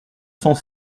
cent